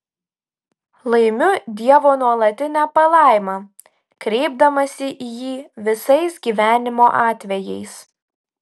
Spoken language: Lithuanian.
laimiu dievo nuolatinę palaimą kreipdamasi į jį visais gyvenimo atvejais